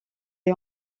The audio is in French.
est